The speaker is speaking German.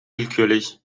willkürlich